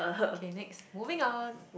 okay next moving on